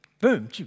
Boom